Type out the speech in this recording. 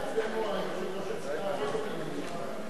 סעיף 1 נתקבל.